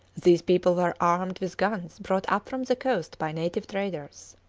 these people were armed with guns brought up from the coast by native traders.